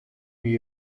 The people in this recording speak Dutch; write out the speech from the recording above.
wie